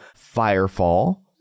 firefall